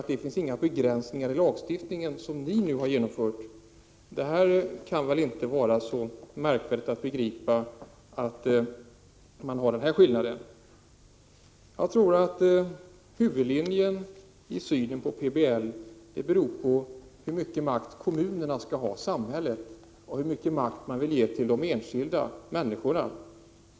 Det bör inte i lagstiftningen finnas sådana begränsningar som ni har genomfört. Huvudlinjen i synen på PBL avgörs av hur mycket makt kommunerna och samhället skall ha och hur mycket makt man vill ge till enskilda människor.